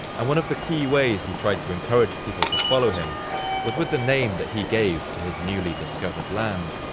and one of the key ways he tried to encourage people to follow him was with the name that he gave to his newly discovered land.